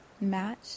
match